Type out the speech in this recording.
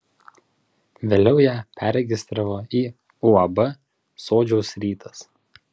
vėliau ją perregistravo į uab sodžiaus rytas